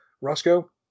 roscoe